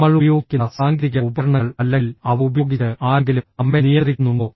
നമ്മൾ ഉപയോഗിക്കുന്ന സാങ്കേതിക ഉപകരണങ്ങൾ അല്ലെങ്കിൽ അവ ഉപയോഗിച്ച് ആരെങ്കിലും നമ്മെ നിയന്ത്രിക്കുന്നുണ്ടോ